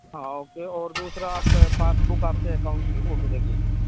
ہاں اوکے اور دوسرا آپ پاسبک آپ کے اکاؤنٹ کی وہ بھی لگے گی